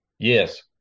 Yes